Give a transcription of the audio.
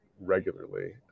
regularly